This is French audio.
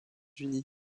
unis